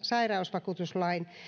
sairausvakuutuslain